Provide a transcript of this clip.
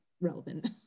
relevant